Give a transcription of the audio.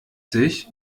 sich